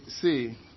see